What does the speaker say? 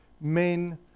men